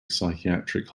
psychiatric